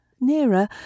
nearer